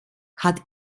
hat